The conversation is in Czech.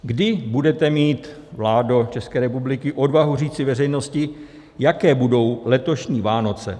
Kdy budete mít, vládo České republiky, odvahu říci veřejnosti, jaké budou letošní Vánoce?